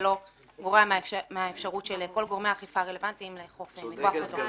ולא גורע מהאפשרות של כל גורמי האכיפה הרלוונטיים לאכוף מכוח אותו חוק.